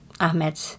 Ahmed